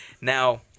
Now